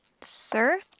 sir